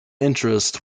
interest